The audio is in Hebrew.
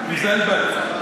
מזלבט ממעיליא,